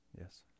Yes